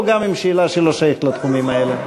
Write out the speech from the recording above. או גם אתה עם שאלה שלא שייכת לתחומים האלה?